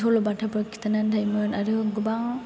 सल'बाथाफोर खिन्थानानै थायोमोन आरो गोबां